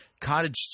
cottage